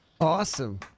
Awesome